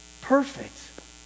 perfect